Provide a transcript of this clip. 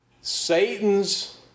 Satan's